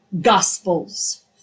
Gospels